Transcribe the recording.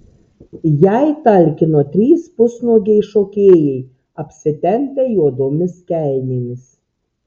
jai talkino trys pusnuogiai šokėjai apsitempę juodomis kelnėmis